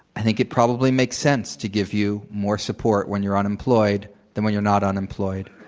i think it probably makes sense to give you more support when you're unemployed than when you're not unemployed.